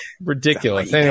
Ridiculous